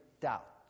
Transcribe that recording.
doubt